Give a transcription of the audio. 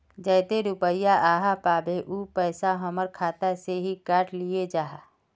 जयते रुपया आहाँ पाबे है उ पैसा हमर खाता से हि काट लिये आहाँ?